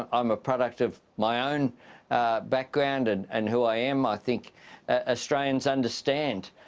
i'm a product of my own background and and who i am, i think ah australians understand